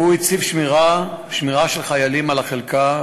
והוא הציב שמירה של חיילים על החלקה.